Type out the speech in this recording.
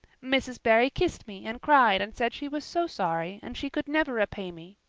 mrs. barry kissed me and cried and said she was so sorry and she could never repay me.